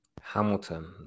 hamilton